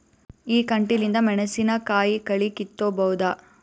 ಈ ಕಂಟಿಲಿಂದ ಮೆಣಸಿನಕಾಯಿ ಕಳಿ ಕಿತ್ತಬೋದ?